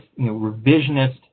revisionist